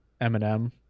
Eminem